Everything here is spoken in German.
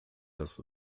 das